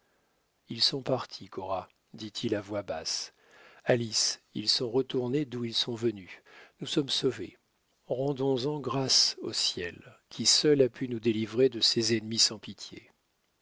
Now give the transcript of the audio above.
ils sont partis cora dit-il à voix basse alice ils sont retournés d'où ils sont venus nous sommes sauvés rendons en grâces au ciel qui seul a pu nous délivrer de ces ennemis sans pitié